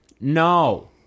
no